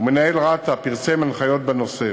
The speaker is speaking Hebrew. ומנהל רת"א פרסם הנחיות בנושא.